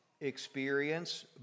experience